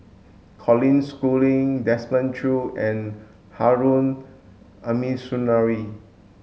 Colin Schooling Desmond Choo and Harun Aminurrashid